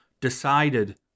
decided